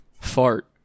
fart